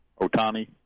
Otani